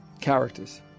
Characters